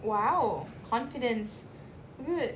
!wow! confidence good